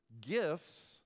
gifts